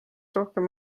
rohkem